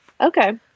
okay